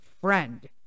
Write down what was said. friend